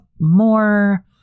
more